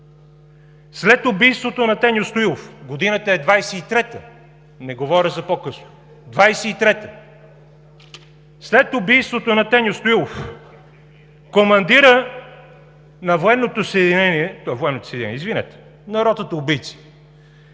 След убийството на Теньо Стоилов – годината е 23-та, не говоря за по-късно – 23-та, след убийството на Теньо Стоилов, командирът на военното съединение, извинете, на ротата убийци,